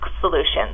Solutions